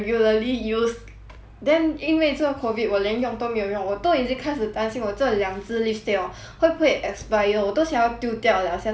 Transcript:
then 因为这个 COVID 我连用都没有用我都已经开始担心我这两只 lipstick orh 会不会 expire 我都想要丢掉 liao sia 你们还留着 eh